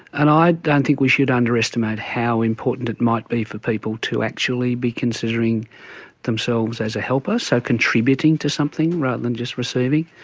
and i don't think we should underestimate how important it might be for people to actually be considering themselves as a helper, so contributing to something rather than just receiving,